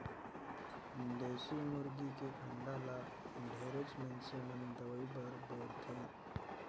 देसी मुरगी के अंडा ल ढेरेच मइनसे मन दवई बर बउरथे